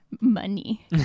money